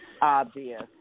Obvious